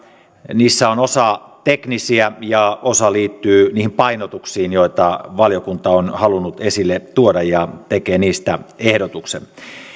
niistä on osa teknisiä ja osa liittyy niihin painotuksiin joita valiokunta on halunnut esille tuoda ja tekee niistä ehdotuksen